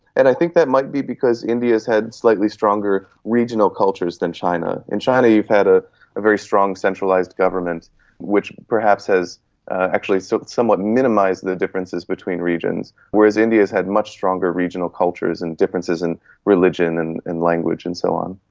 and i think that might be because india has had slightly stronger regional cultures than china. in china you've had ah a very strong centralised government which perhaps has actually so somewhat minimised the differences between regions, whereas india has had much stronger regional cultures and differences in religion and language and so on.